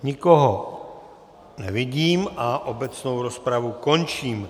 Nikoho nevidím a obecnou rozpravu končím.